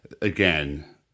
again